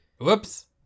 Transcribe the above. Whoops